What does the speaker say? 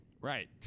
Right